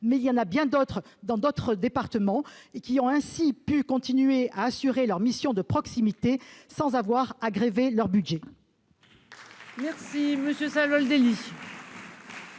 mais il y en a bien d'autres dans d'autres départements -, qui ont ainsi pu continuer à assurer leur mission de proximité sans avoir à grever leur budget.